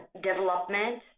development